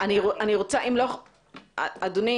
אדוני